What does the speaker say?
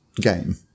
game